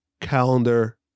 calendar